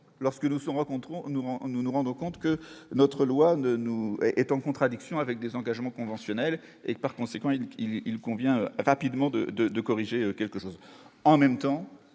nous en nous nous rendons compte que notre loi ne nous est en contradiction avec les engagements conventionnels et par conséquent il il il convient rapidement de, de, de corriger quelque chose